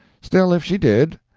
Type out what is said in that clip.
still, if she did,